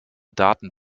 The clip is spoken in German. daten